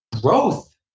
growth